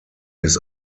his